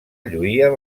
lluïen